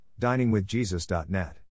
diningwithjesus.net